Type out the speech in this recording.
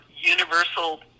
universal